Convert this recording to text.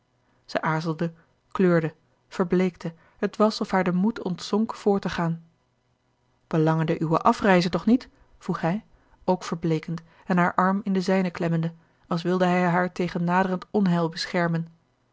zij aarzelde kleurde verbleekte het was of haar de moed ontzonk voort te gaan belangende uwe afreize toch niet vroeg hij ook verbleekend en haar arm in den zijnen klemmende als wilde hij haar tegen naderend onheil beschermen